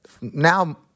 now